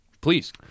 Please